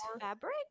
fabric